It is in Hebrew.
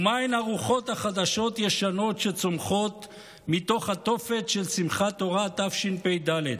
ומהן הרוחות החדשות-ישנות שצומחות מתוך התופת של שמחת תורה תשפ"ד?